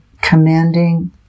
commanding